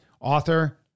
author